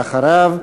ואחריו,